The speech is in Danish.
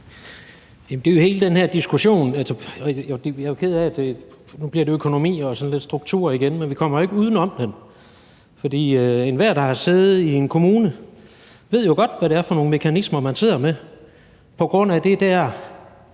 Det er hele den her diskussion. Jeg er ked af, at det nu bliver økonomi og sådan lidt struktur igen, men vi kommer jo ikke uden om det, for enhver, der har siddet i en kommune, ved jo godt, hvad det er for nogle mekanismer, man sidder med, på grund af det der